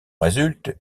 résulte